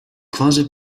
closet